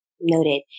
noted